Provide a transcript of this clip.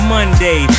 Monday